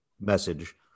message